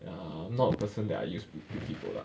ya I'm not a person that I use beauty product